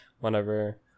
whenever